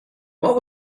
what